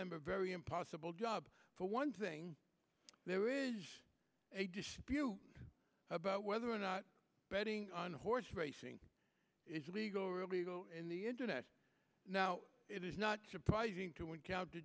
them a very impossible job for one thing there is a dispute about whether or not betting on a horse racing is legal or illegal in the internet now it is not surprising to encounter